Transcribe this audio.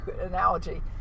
analogy